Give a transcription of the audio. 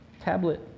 tablet